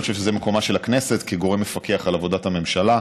אני חושב שזה מקומה של הכנסת כגורם מפקח על עבודת הממשלה.